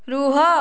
ରୁହ